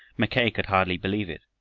mackay could hardly believe it,